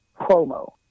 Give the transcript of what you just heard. promo